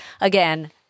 again